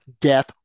death